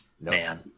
Man